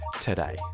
today